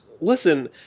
listen